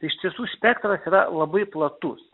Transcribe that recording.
ištiesų spektras yra labai platus